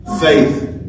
faith